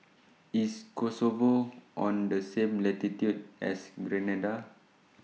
IS Kosovo on The same latitude as Grenada